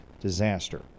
disaster